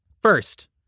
First